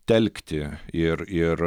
telkti ir ir